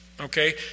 okay